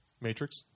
Matrix